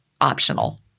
optional